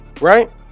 right